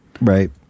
Right